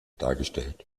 dargestellt